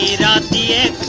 yeah da da